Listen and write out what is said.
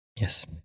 Yes